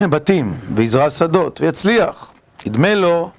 בבתים, ויזרע שדות, ויצליח, ידמה לו.